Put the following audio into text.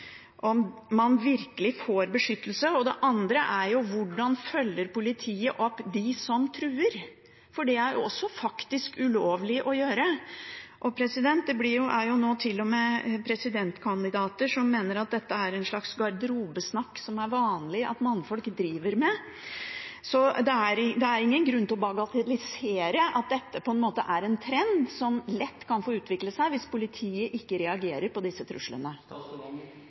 Det andre er hvordan politiet følger opp dem som truer. Det er faktisk ulovlig å true. Det er til og med en presidentkandidat nå som mener at dette er en slags garderobesnakk som det er vanlig at mannfolk driver med. Det er ingen grunn til å bagatellisere at dette er en trend som lett kan få utvikle seg hvis politiet ikke reagerer på disse truslene. Igjen vil jeg